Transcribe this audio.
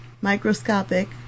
microscopic